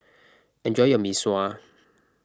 enjoy your Mee Sua